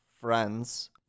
friends